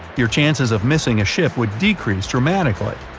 your chances of missing a ship would decrease dramatically.